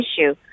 issue